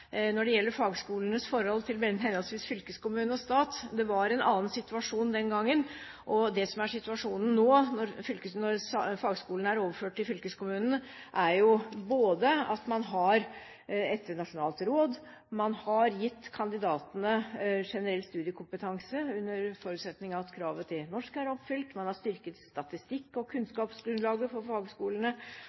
når det gjelder fagskolenes forhold til henholdsvis fylkeskommune og stat. Det var en annen situasjon den gangen. Det som er situasjonen nå, når fagskolene er overført til fylkekommunene, er jo at man har et nasjonalt råd, at man har gitt kandidatene generell studiekompetanse under forutsetning av at kravet til norsk er oppfylt, og at man har styrket statistikk- og kunnskapsgrunnlaget for fagskolene.